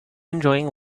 enjoying